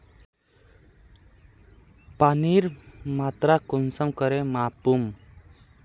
पानीर मात्रा कुंसम करे मापुम?